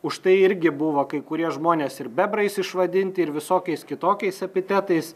už tai irgi buvo kai kurie žmonės ir bebrais išvadinti ir visokiais kitokiais epitetais